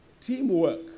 Teamwork